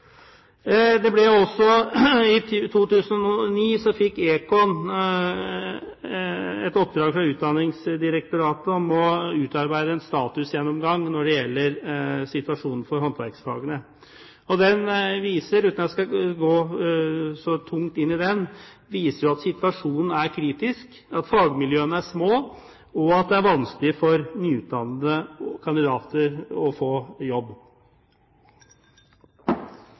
I 2009 fikk Econ i oppdrag fra Utdanningsdirektoratet å utarbeide en statusgjennomgang når det gjelder situasjonen for håndverksfagene. Den viser, uten at jeg skal gå så tungt inn i den, at situasjonen er kritisk, at fagmiljøene er små, og at det er vanskelig for nyutdannede kandidater å få jobb.